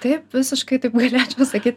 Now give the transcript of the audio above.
taip visiškai taip galėčiau sakyt